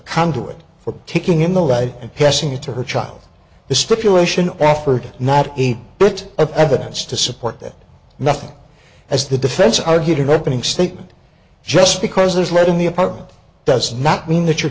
conduit for taking in the life and passing it to her child the stipulation afeard not a bit of evidence to support that nothing as the defense argued opening statement just because there's lead in the apartment does not mean that you're